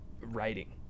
writing